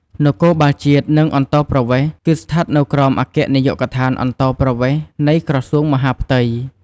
នគរបាលសញ្ជាតិ និងអន្តោប្រវេសន៍ គឺស្ថិតនៅក្រោមអគ្គនាយកដ្ឋានអន្តោប្រវេសន៍ នៃក្រសួងមហាផ្ទៃ។